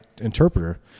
interpreter